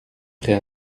prêt